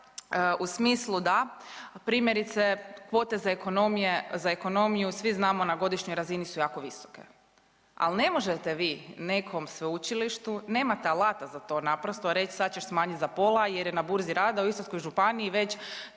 u smislu da primjerice kvote za ekonomiju svi znamo na godišnjoj razini su jako visoke. Ali ne možete vi nekom sveučilištu, nemate alata za to naprosto reći sad ćeš smanjiti za pola jer je na burzi rada u Istarskoj županiji već